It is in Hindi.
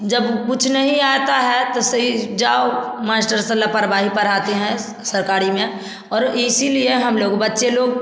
जब कुछ नहीं आता है तो सही जाओ मास्टर लापरवाही पढ़ाते हैं सरकारी में और इसीलिए हम लोग बच्चे लोग